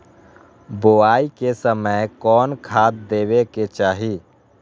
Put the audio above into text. बोआई के समय कौन खाद देवे के चाही?